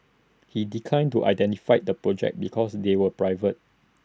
he declined to identify the projects because they were private